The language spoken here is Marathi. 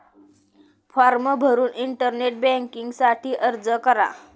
फॉर्म भरून इंटरनेट बँकिंग साठी अर्ज करा